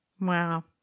wow